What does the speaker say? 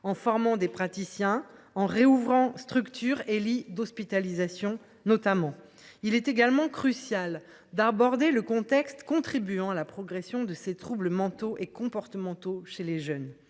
en formant des praticiens et en rouvrant des structures et des lits d’hospitalisation. Il est également crucial d’aborder le contexte contribuant à la progression de tels troubles mentaux et comportementaux chez les jeunes.